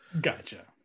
Gotcha